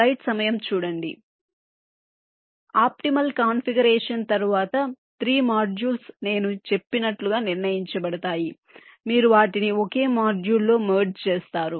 కాబట్టి optimal configuration తరువాత 3 modules నేను చెప్పినట్లుగా నిర్ణయించబడతాయి మీరు వాటిని ఒకే మాడ్యూల్లో మెర్జ్ చేస్తారు